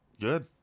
Good